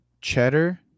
cheddar